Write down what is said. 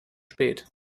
spät